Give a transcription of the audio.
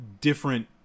different